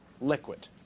liquid